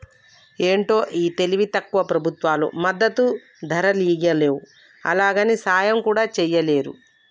ఏంటో ఈ తెలివి తక్కువ ప్రభుత్వాలు మద్దతు ధరియ్యలేవు, అలాగని సాయం కూడా చెయ్యలేరు